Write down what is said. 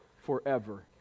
forever